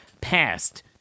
passed